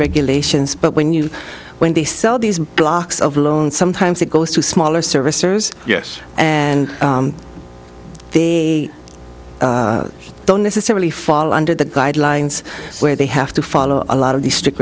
regulations but when you when they sell these blocks of loans sometimes it goes to smaller servicers yes and the don't necessarily fall under the guidelines where they have to follow a lot of these stric